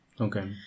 Okay